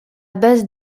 base